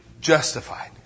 justified